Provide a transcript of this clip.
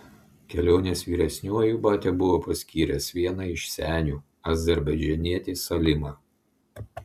kelionės vyresniuoju batia buvo paskyręs vieną iš senių azerbaidžanietį salimą